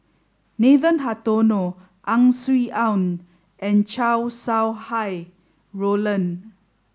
Nathan Hartono Ang Swee Aun and Chow Sau Hai Roland